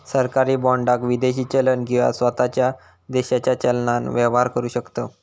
सरकारी बाँडाक विदेशी चलन किंवा स्वताच्या देशाच्या चलनान व्यवहार करु शकतव